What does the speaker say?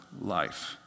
life